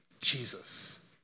Jesus